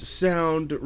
sound